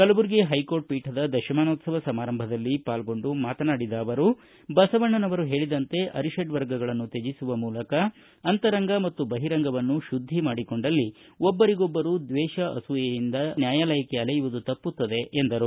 Kalaburagi high court ಪೀಠದ ದಶಮಾನೋತ್ತವ ಸಮಾರಂಭದಲ್ಲಿ ಪಾಲ್ಗೊಂಡು ಮಾತನಾಡಿದ ಅವರು ಬಸವಣ್ಣನವರು ಹೇಳಿದಂತೆ ಅರಿಷಡ್ವರ್ಗಗಳನ್ನು ತ್ಯಜಿಸುವ ಮೂಲಕ ಅಂತರಂಗ ಮತ್ತು ಬಹಿರಂಗವನ್ನು ಶುದ್ಧಿ ಮಾಡಿಕೊಂಡಲ್ಲಿ ಒಬ್ಬರಿಗೊಬ್ಬರು ದ್ವೇಷ ಅಸೂಹೆ ಭಾವನೆಗಳನ್ನು ದೆಳೆಬಕೊಂಡು ನ್ಯಾಯಾಲಯಕ್ಕೆ ಅಲೆಯುವುದು ತಪ್ಪುತ್ತದೆ ಎಂದರು